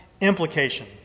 implication